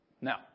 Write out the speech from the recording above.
Now